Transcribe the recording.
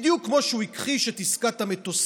בדיוק כמו שהוא הכחיש את עסקת המטוסים,